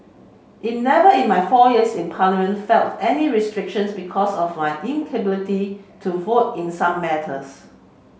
in never in my four years in Parliament felt any restrictions because of my inability to vote in some matters